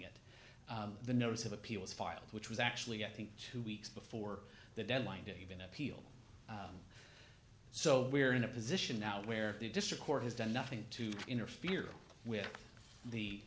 it the notice of appeal was filed which was actually i think two weeks before the deadline to even appeal so we're in a position now where the district court has done nothing to interfere with the